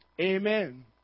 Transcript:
Amen